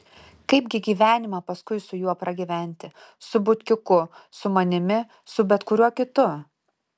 kaipgi gyvenimą paskui su juo pragyventi su butkiuku su manimi su bet kuriuo kitu